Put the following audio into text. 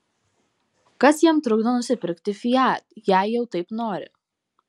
kas jam trukdo nusipirkti fiat jei jau taip nori